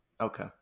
Okay